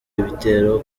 ibitero